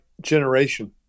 generation